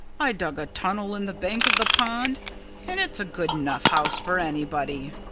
i dug a tunnel in the bank of the pond and it's a good enough house for anybody.